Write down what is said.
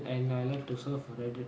uh and and I like to surf reddit